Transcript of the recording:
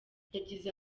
yagize